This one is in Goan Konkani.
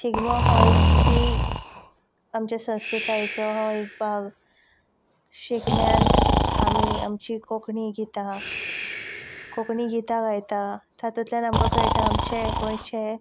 शिगमो हो एक ही अमचे संस्कृतायेचो हो एक भाग शिगम्यांत आमी आमचीं कोंकणी गितां कोंकणी गितां गायता तातुंतल्यान आमकां कळटा आमचें गोंयचें